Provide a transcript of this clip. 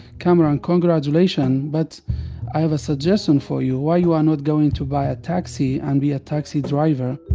kamaran, congratulation, but i have a suggestion for you. why you are not going to buy a taxi and be a taxi driver?